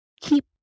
keep